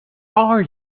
are